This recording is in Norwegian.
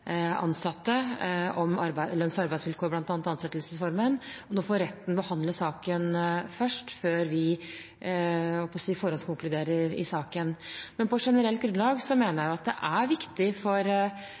ansatte om lønns- og arbeidsvilkår, bl.a. ansettelsesformen. Nå får retten behandle saken først før vi – jeg holdt på å si – forhåndskonkluderer i saken. Men på generelt grunnlag mener